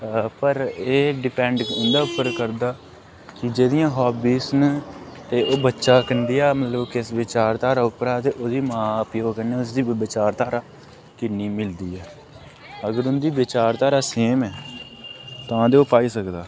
पर एह् डिपेंड उं'दे उप्पर करदा कि जेह्ड़ियां हाबीज़ न ते ओह् बच्चा कंडियां मतलब किस विचारधारा उप्परा ते ओह्दी मां प्यौ कन्नै उसदी विचारधारा किन्नी मिलदी ऐ अगर उन्दी विचारधारा सेम ऐ तां ते ओह् पाई सकदा